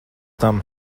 tam